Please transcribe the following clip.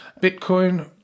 Bitcoin